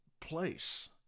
place